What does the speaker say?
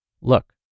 Look